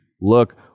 look